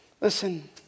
Listen